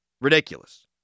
Ridiculous